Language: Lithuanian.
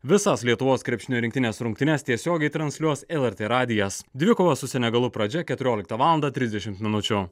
visos lietuvos krepšinio rinktinės rungtynes tiesiogiai transliuos lrt radijas dvikovos su senegalu pradžia keturioliktą valandą trisdešimt minučių